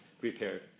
repaired